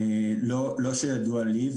לא שידוע לי.